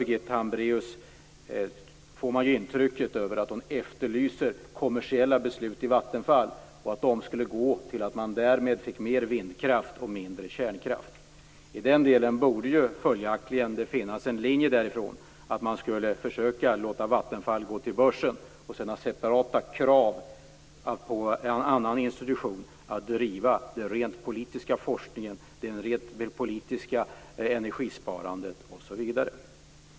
Birgitta Hambraeus ger ett intryck av att hon efterlyser kommersiella beslut inom Vattenfall och att man skulle gå mot mera vindkraft och mindre kärnkraft. I den delen borde det följaktligen finnas en linje att försöka låta Vattenfall gå till börsen och sedan ha separata krav på en annan institution att driva den rent politiska forskningen, det rent politiska energisparandet osv.